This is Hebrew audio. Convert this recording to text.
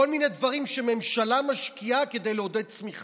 כל מיני דברים שממשלה משקיעה כדי לעודד צמיחה.